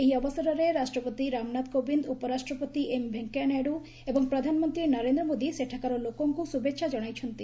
ଏହି ଅବସରରେ ରାଷ୍ଟ୍ରପତି ରାମନାଥ କୋବିନ୍ଦ୍ ଉପରାଷ୍ଟ୍ରପତି ଏମ୍ ଭେଙ୍କିୟା ନାଇଡୁ ଏବଂ ପ୍ରଧାନମନ୍ତ୍ରୀ ନରେନ୍ଦ୍ର ମୋଦି ସେଠାକାର ଲୋକଙ୍କୁ ଶୁଭେଚ୍ଛା ଜଣାଇଛନ୍ତି